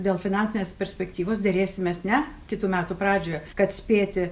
dėl finansinės perspektyvos derėsimės ne kitų metų pradžioje kad spėti